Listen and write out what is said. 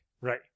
Right